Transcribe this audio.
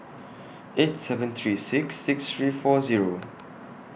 eight seven three six six three four Zero